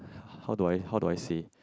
how do I how do I say